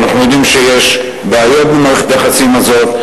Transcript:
אנחנו יודעים שיש בעיות במערכת היחסים הזו,